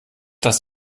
das